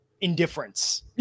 indifference